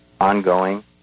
ongoing